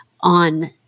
on